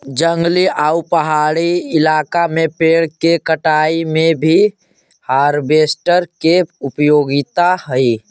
जंगली आउ पहाड़ी इलाका में पेड़ के कटाई में भी हार्वेस्टर के उपयोगिता हई